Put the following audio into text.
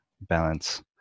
balance